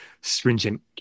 stringent